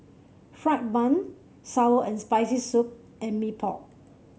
fried bun sour and Spicy Soup and Mee Pok